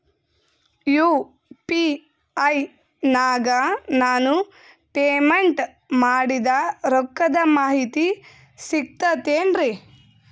UPI ನಾಗ ನಾನು payment ಮಾಡಿದ ರೊಕ್ಕದ ಮಾಹಿತಿ ಸಿಕ್ತಾತೇನ್ರೀ?